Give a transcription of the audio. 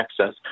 access